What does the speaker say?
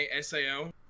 SAO